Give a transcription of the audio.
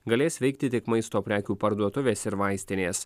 galės veikti tik maisto prekių parduotuvės ir vaistinės